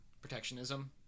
Protectionism